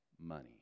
money